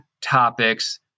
topics